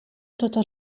totes